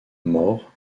maur